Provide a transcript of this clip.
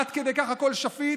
עד כדי כך הכול שפיט?